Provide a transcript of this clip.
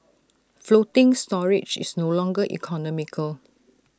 floating storage is no longer economical